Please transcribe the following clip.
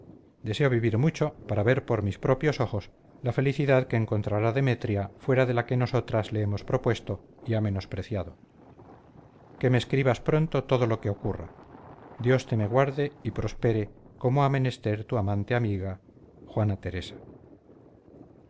deseo vivir mucho para ver por mis propios ojos la felicidad que encontrará demetria fuera de la que nosotras le hemos propuesto y ha menospreciado que me escribas pronto todo lo que ocurra dios te me guarde y prospere como ha menester tu amante amiga juana teresa